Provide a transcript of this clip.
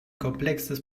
komplexes